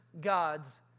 God's